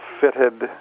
fitted